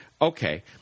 Okay